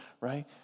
right